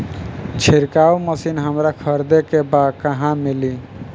छिरकाव मशिन हमरा खरीदे के बा कहवा मिली?